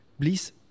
please